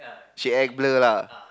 she act blur lah